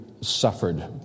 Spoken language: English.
suffered